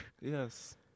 Yes